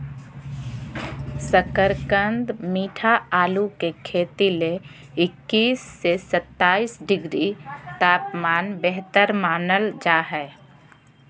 शकरकंद मीठा आलू के खेती ले इक्कीस से सत्ताईस डिग्री तापमान बेहतर मानल जा हय